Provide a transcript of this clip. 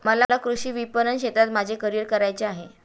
मला कृषी विपणन क्षेत्रात माझे करिअर करायचे आहे